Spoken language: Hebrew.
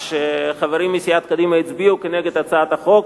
כשחברים מסיעת קדימה הצביעו נגד הצעת החוק,